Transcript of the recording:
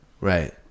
Right